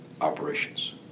operations